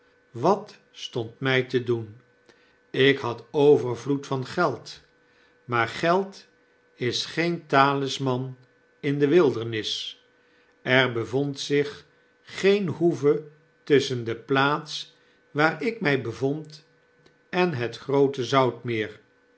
wat stond mij te doen ik had overvloed van geld maar geld is geen talisman in de wildernis er bevond zich geen hoeve tusschen de plaats waar ik my bevond en het groote zoutmeer